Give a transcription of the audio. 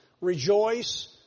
Rejoice